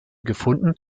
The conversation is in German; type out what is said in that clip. gefunden